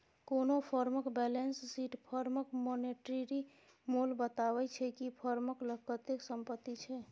कोनो फर्मक balance sheet फर्मक मानेटिरी मोल बताबै छै कि फर्मक लग कतेक संपत्ति छै